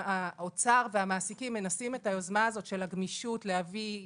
האוצר והמעסיקים מנסים להביא את היוזמה הזאת של הגמישות עם